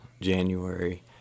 January